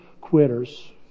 quitters